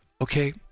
okay